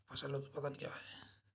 फसल उत्पादन क्या है?